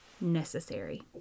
necessary